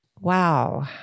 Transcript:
Wow